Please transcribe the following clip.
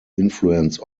influence